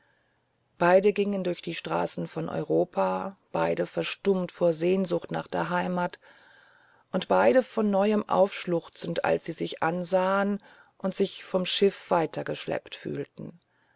beide gingen durch die straßen von europa beide verstummt vor sehnsucht nach der heimat und beide von neuem aufschluchzend als sie sich ansahen und sich vom schiff weitergeschleppt fühlten